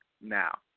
Now